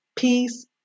Peace